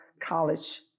College